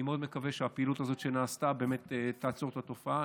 אני מאוד מקווה שהפעילות הזאת שנעשתה תעצור את התופעה.